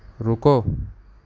رکو